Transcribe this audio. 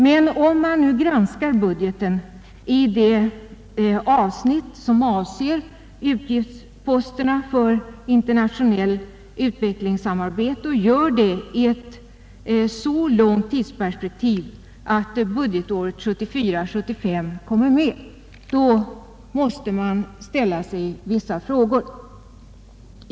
Men om man granskar budgeten i det avsnitt som avser utgiftsposterna för internationellt utvecklingssamarbete och gör det i ett så långt tidsperspektiv att budgetåret 1974/75 kommer med, måste man ställa sig vissa frågor.